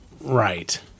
Right